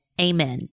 Amen